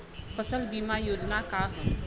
फसल बीमा योजना का ह?